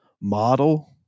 model